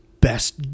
best